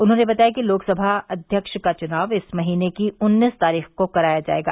उन्होंने बताया कि लोकसभा अव्यक्ष का चुनाव इस महीने की उन्नीस तारीख को कराया जाएगा